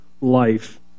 life